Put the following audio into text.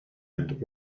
and